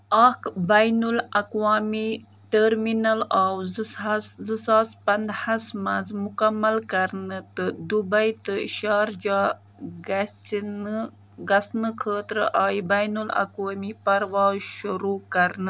اَکھ بین الاقوامی ٹٔرمِنل آو زٕ ساس زٕ ساس پَنٛداہس منٛز مُکمل کرنہٕ تہٕ دُبَے تہٕ شارجا گَژھِ نہٕ گژھنہٕ خٲطرٕ آیہِ بین الاقوٲمی پروازٕ شُروع کرنہٕ